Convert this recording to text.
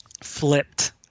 flipped